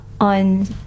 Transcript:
on